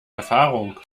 erfahrung